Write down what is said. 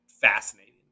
fascinating